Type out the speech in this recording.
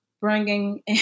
bringing